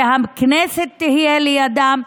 שהכנסת תהיה לידם,